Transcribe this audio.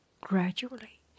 gradually